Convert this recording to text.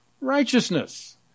righteousness